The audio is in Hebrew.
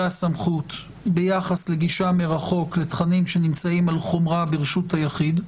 הסמכות ביחס לגישה מרחוק לתכנים שנמצאים על חומרה ברשות היחיד,